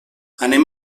anem